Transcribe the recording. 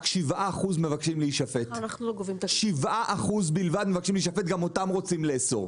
רק 7% מבקשים להישפט וגם אותם רוצים לאסור.